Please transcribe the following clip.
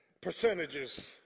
percentages